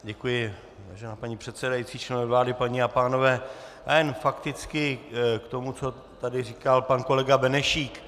Vážená paní předsedající, členové vlády, paní a pánové, jen fakticky k tomu, co tady říkal pan kolega Benešík.